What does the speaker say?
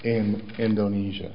in indonesia